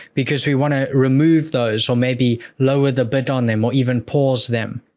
because we want to remove those or maybe lower the bid on them or even pause them.